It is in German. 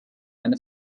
eine